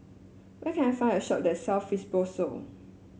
where can I find a shop that sells Fibrosol